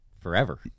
forever